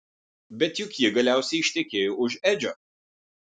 bet juk ji galiausiai ištekėjo už edžio